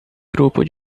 grupo